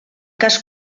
cas